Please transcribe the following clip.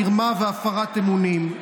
מרמה והפרת אמונים.